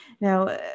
Now